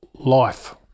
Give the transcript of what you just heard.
life